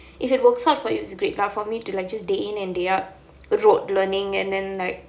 if it works out for you it's great but for me to like just day in and day out rope learning and then like